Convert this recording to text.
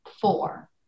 four